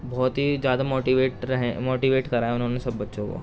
بہت ہی زیادہ موٹیویٹ رہیں موٹیویٹ کرا ہے انہوں نے سب بچّوں کو